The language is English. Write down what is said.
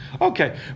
Okay